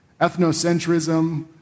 Ethnocentrism